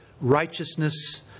righteousness